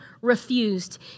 refused